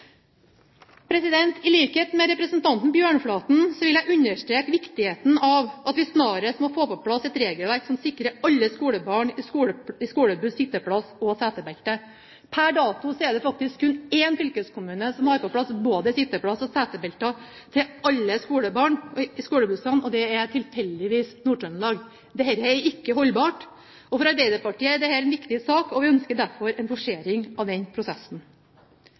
I likhet med representanten Bjørnflaten vil jeg understreke viktigheten av at vi snarest må få på plass et regelverk som sikrer alle skolebarn i skolebuss sitteplass og setebelte. Per dato er det faktisk kun én fylkeskommune som har på plass både sitteplasser og setebelter til alle skolebarn i skolebussene, og det er tilfeldigvis Nord-Trøndelag. Dette er ikke holdbart, og for Arbeiderpartiet er dette en viktig sak. Vi ønsker derfor en forsering av den prosessen.